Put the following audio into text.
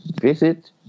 visit